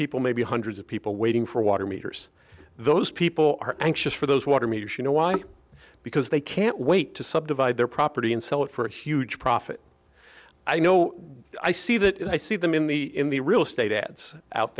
people maybe hundreds of people waiting for water meters those people are anxious for those water meters you know why because they can't wait to subdivide their property and sell it for a huge profit i know i see that i see them in the in the real estate ads out